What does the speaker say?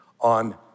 on